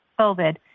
COVID